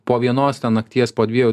po vienos ten nakties po dviejų